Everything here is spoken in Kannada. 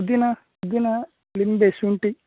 ಪುದಿನ ಪುದಿನ ಲಿಂಬೆ ಶುಂಠಿ